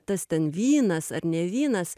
tas ten vynas ar ne vynas